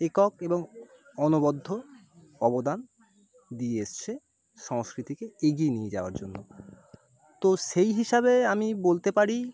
একক এবং অনবদ্য অবদান দিয়ে এসেছে সংস্কৃতিকে এগিয়ে নিয়ে যাওয়ার জন্য তো সেই হিসাবে আমি বলতে পারি